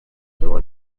było